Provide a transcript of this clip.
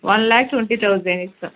one lakh twenty thousand ఇస్తాను